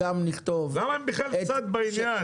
למה הם בכלל צד בעניין?